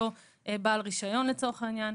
אותו בעל רישיון לצורך העניין,